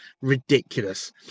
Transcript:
Ridiculous